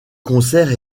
concerts